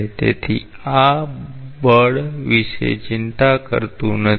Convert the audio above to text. તેથી આ બળ વિશે ચિંતા કરતું નથી